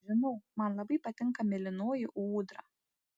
žinau man labai patinka mėlynoji ūdra